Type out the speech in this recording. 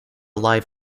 live